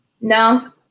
No